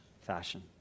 fashion